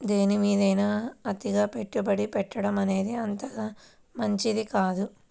దేనిమీదైనా అతిగా పెట్టుబడి పెట్టడమనేది అంతగా మంచిది కాదు